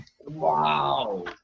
Wow